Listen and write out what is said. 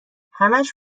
همش